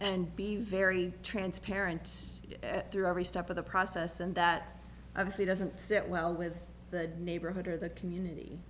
and be very transparent through every step of the process and that i've see doesn't sit well with the neighborhood or the community